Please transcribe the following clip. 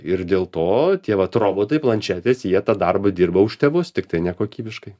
ir dėl to tie vat robotai planšetės jie tą darbą dirba už tėvus tiktai nekokybiškai